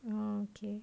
oh okay